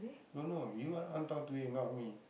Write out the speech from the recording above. don't know you are the one talk to him not me